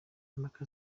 impaka